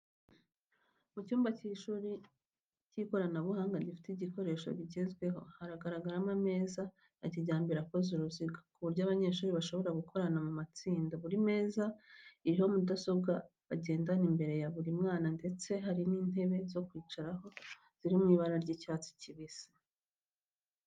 Ni mu cyumba cy’ishuri cy’ikoranabuhanga gifite ibikoresho bigezweho. Haragaragaramo ameza ya kijyambere akoze uruziga, ku buryo abanyeshuri bashobora gukorana mu matsinda. Buri meza iriho mudasobwa bagendana imbere ya buri mwana ndetse hari n'intebe zo kwicaraho ziri mu ibara ry'icyatsi kibisi.